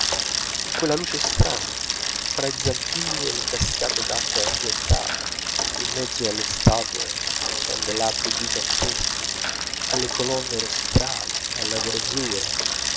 in quella luce strana fra i zampilli e le cascate d'acqua argentata in mezzo alle statue ai candelabri giganteschi alle colonne rostrali alla verzura